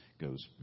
goes